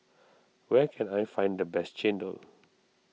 where can I find the best Chendol